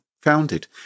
founded